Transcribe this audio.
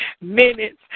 minutes